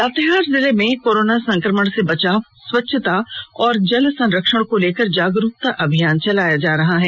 लातेहार जिले में कोरोना संकमण से बचाव स्वच्छता और जल संरक्षण को लेकर जागरूकता अभियान चलाया जा रहा है